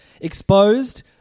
Exposed